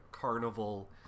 carnival